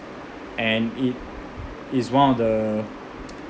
and it is one of the